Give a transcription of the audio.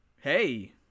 Hey